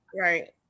right